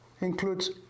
includes